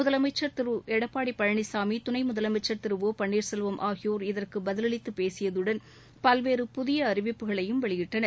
முதலமைச்ச் திரு எடப்பாடி பழனிசாமி துணை முதலமைச்ச் திரு ஒ பன்னீா்செல்வம் ஆகியோர் இதற்கு பதிலளித்து பேசியதுடன் பல்வேறு புதிய அறிவிப்புகளையும் வெளியிட்டனர்